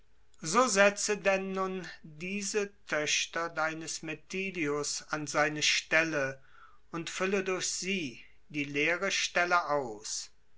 so setze denn nun diese töchter deines metilius an seine stelle un fülle die leere stelle aus